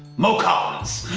mo collins.